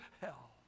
hell